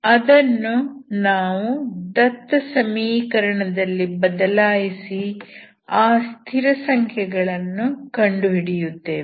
ಅದನ್ನು ನಾವು ದತ್ತ ಸಮೀಕರಣದಲ್ಲಿ ಬದಲಾಯಿಸಿ ಆ ಸ್ಥಿರಸಂಖ್ಯೆಗಳನ್ನು ಕಂಡು ಹಿಡಿಯುತ್ತೇವೆ